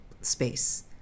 space